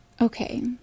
Okay